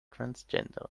transgender